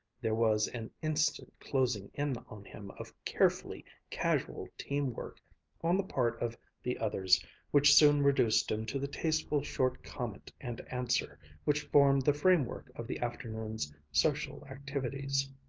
there was an instant closing in on him of carefully casual team-work on the part of the others which soon reduced him to the tasteful short comment and answer which formed the framework of the afternoon's social activities.